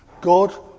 God